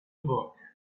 book